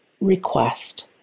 request